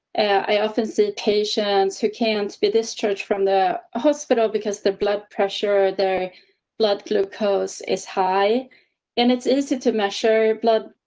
i often see patients who can't be discharged from the hospital because the blood pressure, their blood glucose is high and it's easy to measure blood.